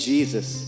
Jesus